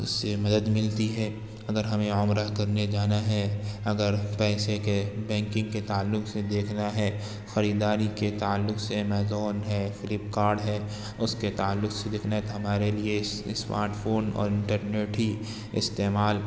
اس سے مدد ملتی ہے اگر ہمیں عمرہ کرنے جانا ہے اگر پیسے کے بینکنگ کے تعلق سے دیکھنا ہے خریداری کے تعلق سے امیزون ہے فلپکارٹ ہے اس کے تعلق سے دیکھنا ہے ہمارے لیے اسمارٹ فون اور انٹرنیٹ ہی استعمال